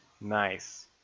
Nice